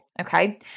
okay